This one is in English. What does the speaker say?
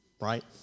right